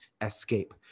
escape